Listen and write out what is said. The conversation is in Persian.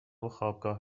وخوابگاه